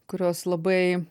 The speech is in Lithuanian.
kurios labai